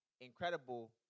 Incredible